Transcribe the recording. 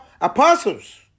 apostles